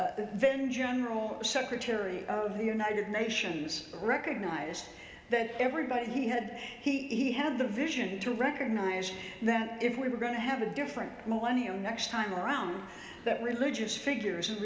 the then general secretary of the united nations recognized that everybody had he had the vision to recognize that if we were going to have a different millennium next time around that religious figures and